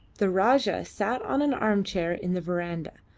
the rajah sat on an armchair in the verandah,